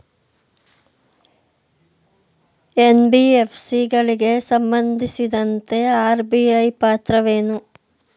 NBFC ಗಳಿಗೆ ಸಂಬಂಧಿಸಿದಂತೆ RBI ಪಾತ್ರವೇನು?